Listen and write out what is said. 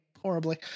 horribly